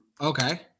Okay